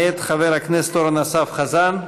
מאת חבר הכנסת אורן אסף חזן,